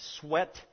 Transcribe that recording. sweat